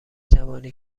توانی